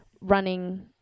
running